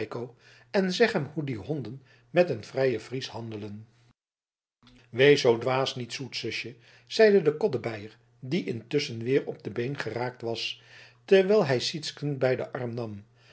en zeg hem hoe die honden met een vrijen fries handelen wees zoo dwaas niet zoet zusje zeide de koddebeier die intusschen weer op de been geraakt was terwijl hij sytsken bij den arm nam